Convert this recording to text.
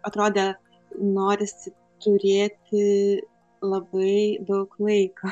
atrodė norisi turėti labai daug laiko